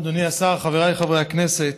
אדוני השר, חבריי חברי הכנסת,